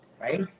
right